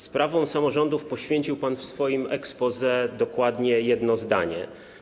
Sprawom samorządów poświęcił pan w swoim exposé dokładnie jedno zdanie.